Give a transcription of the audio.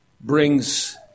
brings